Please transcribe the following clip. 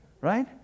right